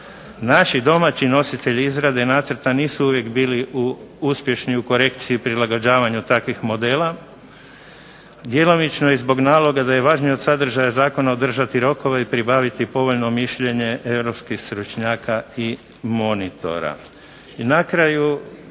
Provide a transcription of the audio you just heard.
Naši domaći nositelji izrade nacrta nisu uvijek bili uspješni u korekciji prilagođavanju takvih modela, djelomično i zbog naloga da je važnije od sadržaja zakona održati rokove i pribaviti povoljno mišljenje europskih stručnjaka i monitora.